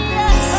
yes